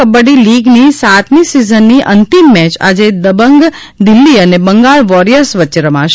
કબક્રી લીગની સાતમી સિઝનની અંતિમ મેચ આજે દબંગ દિલ્હી અને બંગાલ વોરિયર્સ વચ્ચે રમાશે